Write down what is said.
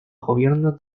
gobierno